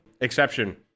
exception